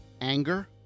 anger